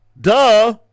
Duh